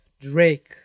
Drake